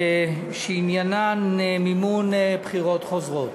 שעניינה מימון בחירות חוזרות.